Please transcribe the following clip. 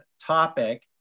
topic